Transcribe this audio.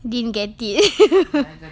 didn't get it